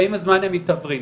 ועם הזמן הם מתעוורים.